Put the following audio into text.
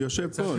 הוא יצא.